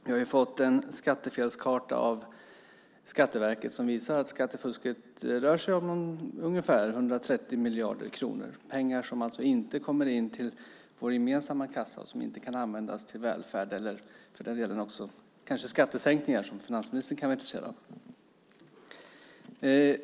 Vi har fått en skattefelskarta av Skatteverket som visar att skattefusket rör sig om ungefär 130 miljarder kronor, pengar som alltså inte kommer in till vår gemensamma kassa och som inte kan användas till välfärd eller för den delen kanske skattesänkningar, som finansministern kan vara intresserad av.